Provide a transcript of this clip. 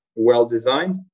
well-designed